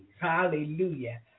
Hallelujah